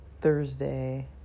Thursday